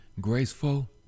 graceful